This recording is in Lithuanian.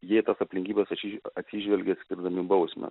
jie į tas aplinkybės atsiž atsižvelgia skirdami bausmę